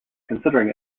considering